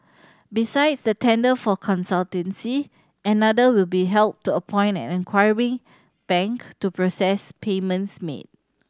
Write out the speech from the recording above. besides the tender for consultancy another will be held to appoint an acquiring bank to process payments made